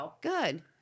Good